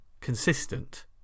consistent